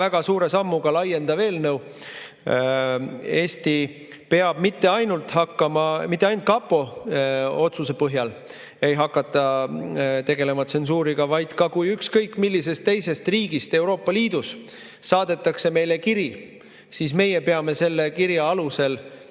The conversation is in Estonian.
väga-väga suure sammuga laiendav eelnõu. Eesti peab mitte ainult kapo otsuse põhjal hakkama tegelema tsensuuriga, vaid ka kui ükskõik millisest teisest riigist Euroopa Liidus saadetakse meile kiri, siis meie peame selle kirja alusel